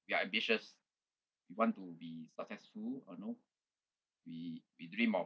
we are ambitious we want to be successful or know we we dream of